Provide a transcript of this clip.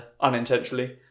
unintentionally